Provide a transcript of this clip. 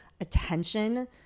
attention